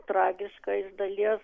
tragiška iš dalies